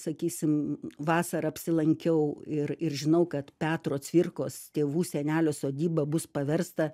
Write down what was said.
sakysim vasarą apsilankiau ir ir žinau kad petro cvirkos tėvų senelių sodyba bus paversta